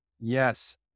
Yes